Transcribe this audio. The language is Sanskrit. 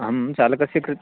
अहं चालकस्य कृते